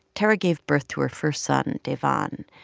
tarra gave birth to her first son, davon.